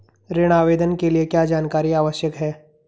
ऋण आवेदन के लिए क्या जानकारी आवश्यक है?